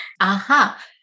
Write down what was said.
Aha